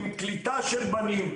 עם קליטה של בנים,